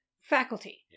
faculty